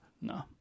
No